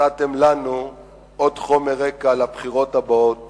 נתתם לנו עוד חומר רקע לבחירות הבאות